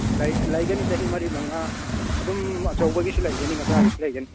ꯂꯩꯒꯅꯤ ꯆꯍꯤ ꯃꯔꯤ ꯃꯉꯥ ꯑꯗꯨꯝ ꯑꯆꯧꯕꯒꯤꯁꯨ ꯂꯩꯒꯅꯤ ꯃꯆꯥꯒꯤꯁꯨ ꯂꯩꯒꯅꯤ